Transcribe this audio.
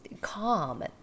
calm